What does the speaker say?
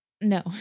No